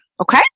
okay